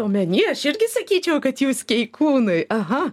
omeny aš irgi sakyčiau kad jūs keikūnai aha